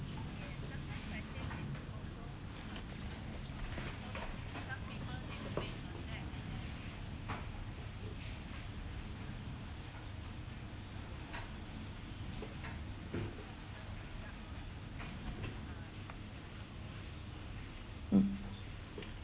mm